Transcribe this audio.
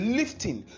lifting